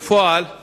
אני